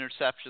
interceptions